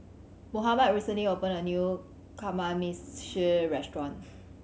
Mohammed recently opened a new Kamameshi Restaurant